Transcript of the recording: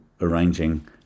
arranging